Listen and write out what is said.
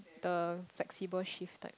the flexible shift type